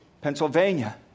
Pennsylvania